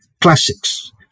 classics